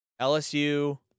LSU